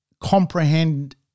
comprehend